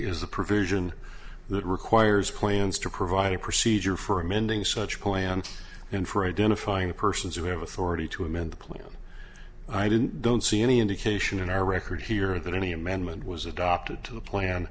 the provision that requires plans to provide a procedure for amending such plans and for identifying persons who have authority to amend the plan i didn't don't see any indication in our record here that any amendment was adopted to the plan